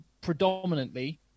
predominantly